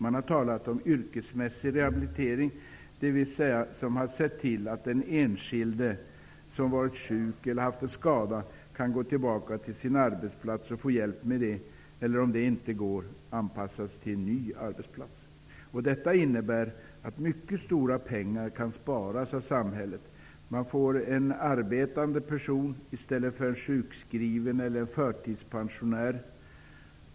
Man har talat om yrkesmässig rehabilitering, dvs. att man har sett till att den enskilde som varit sjuk eller haft en skada har kunnat gå tillbaka till sin arbetsplats eller om det inte gått anpassats till en ny. Detta innebär att mycket stora pengar kan sparas av samhället. Man får en arbetande person i stället för en sjukskriven eller en förtidspensionär.